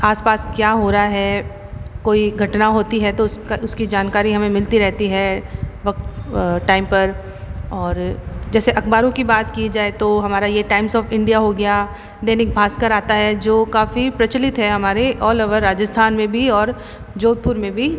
आस पास क्या हो रहा है कोई घटना होती है तो उसका उसकी जानकारी हमें मिलती रहती है वक़्त टाइम पर और जैसे अखबारों की बात की जाए तो हमारा ये टाइम्स ऑफ इंडिया हो गया दैनिक भास्कर आता है जो काफ़ी प्रचलित है हमारे ऑल ओवर राजस्थान में भी और जोधपुर में भी